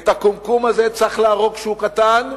את הקומקום הזה צריך להרוג כשהוא קטן,